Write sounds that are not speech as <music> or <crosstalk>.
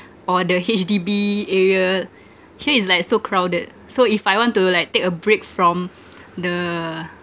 or the H_D_B area here it's like so crowded so if I want to like take a break from <noise> the